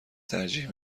ترجیح